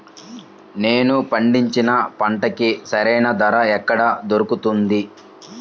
నేను పండించిన పంటకి సరైన ధర ఎక్కడ దొరుకుతుంది?